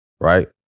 Right